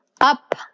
up